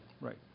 Right